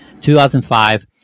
2005